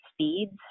speeds